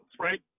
right